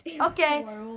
Okay